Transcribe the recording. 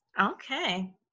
okay